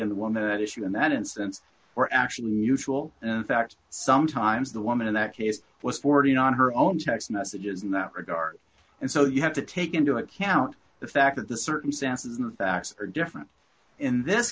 and the woman at issue in that instance are actually mutual and in fact sometimes the woman in that case was fourteen on her own text messages in that regard and so you have to take into account the fact that the circumstances and the facts are different in this